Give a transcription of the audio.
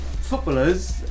footballers